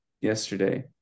yesterday